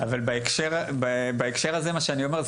בהקשר הזה מה שאני אומר,